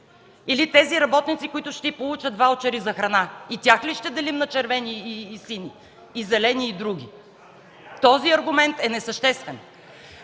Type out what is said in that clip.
Или работниците, които ще получат ваучери за храна – и тях ли ще делим на червени, сини, зелени и други? Този аргумент е несъществен.